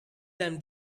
them